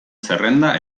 zerrenda